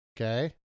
okay